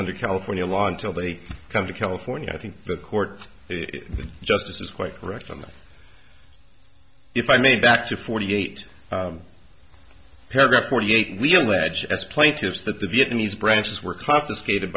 under california law until they come to california i think the court justice is quite correct on that if i mean back to forty eight paragraph forty eight we're legit as plaintiffs that the vietnamese branches were confiscated